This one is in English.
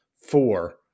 four